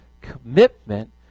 commitment